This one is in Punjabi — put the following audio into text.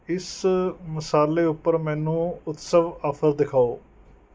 ਇਸ ਮਸਾਲੇ ਉੱਪਰ ਮੈਨੂੰ ਉਤਸਵ ਆਫ਼ਰ ਦਿਖਾਓ